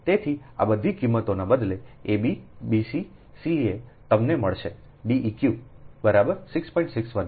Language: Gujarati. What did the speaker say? તેથી આ બધી કિંમતોનો બદલો a b b c c aતમને મળશે Deq બરાબર 6